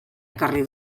ekarri